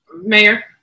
Mayor